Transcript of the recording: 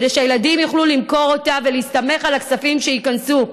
כדי שהילדים יוכלו למכור אותה ולהסתמך על הכספים שייכנסו.